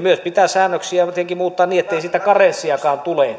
myös pitää säännöksiä jotenkin muuttaa niin ettei siitä karenssiakaan tule